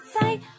say